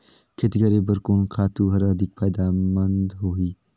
खेती करे बर कोन खातु हर अधिक फायदामंद होही?